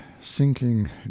sinking